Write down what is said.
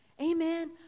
Amen